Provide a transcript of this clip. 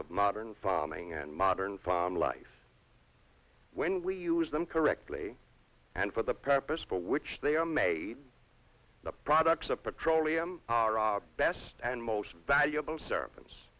of modern farming and modern from life when we use them correctly and for the purpose for which they are made the products of petroleum best and most valuable service